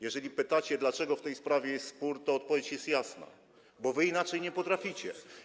Jeżeli pytacie, dlaczego w tej sprawie jest spór, to odpowiedź jest jasna: bo wy inaczej nie potraficie.